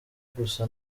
gusa